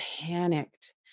panicked